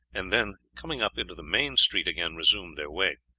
and then coming up into the main street again resumed their way.